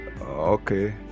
Okay